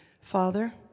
Father